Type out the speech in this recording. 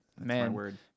Man